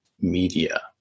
media